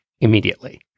immediately